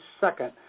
second